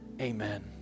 Amen